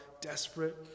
desperate